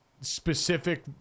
specific